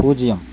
பூஜ்ஜியம்